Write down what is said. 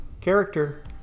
character